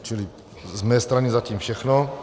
Čili z mé strany zatím všechno.